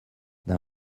d’un